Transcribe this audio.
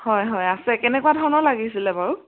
হয় হয় আছে কেনেকুৱা ধৰণৰ লাগিছিলে বাৰু